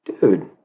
dude